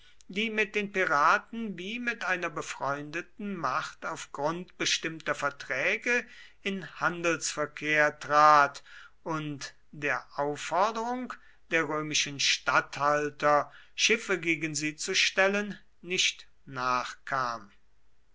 die mit den piraten wie mit einer befreundeten macht auf grund bestimmter verträge in handelsverkehr trat und der aufforderung der römischen statthalter schiffe gegen sie zu stellen nicht nachkam